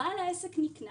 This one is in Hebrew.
בעל העסק נקנס,